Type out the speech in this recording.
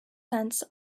sense